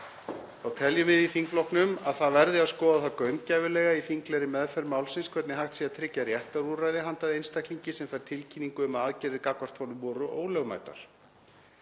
Þá teljum við í þingflokki VG að það verði að skoða það gaumgæfilega í þinglegri meðferð málsins hvernig hægt sé að tryggja réttarúrræði handa einstaklingi sem fær tilkynningu um að aðgerðir gagnvart honum voru ólögmætar.